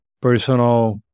personal